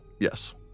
Yes